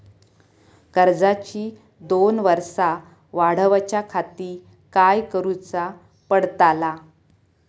कर्जाची दोन वर्सा वाढवच्याखाती काय करुचा पडताला?